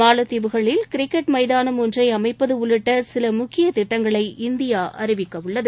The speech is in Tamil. மாலத்தீவுகளில் கிரிக்கெட் மைதானம் ஒன்றை அமைப்பது உள்ளிட்ட சில முக்கிய திட்டங்களை இந்தியா அறிவிக்க உள்ளது